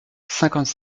cinquante